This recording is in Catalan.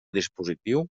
dispositiu